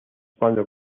cuando